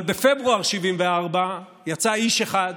אבל בפברואר 1974 יצא איש אחד,